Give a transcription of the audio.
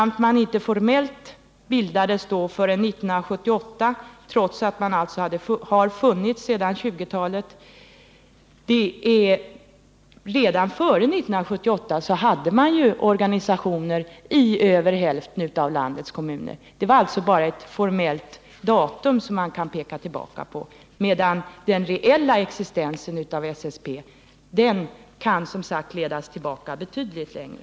Redan före 1978 hade man organisationer i över hälften av landets kommuner. 1978 är alltså bara ett formellt årtal som man kan peka på, medan SSP:s reella existens kan ledas tillbaka betydligt längre.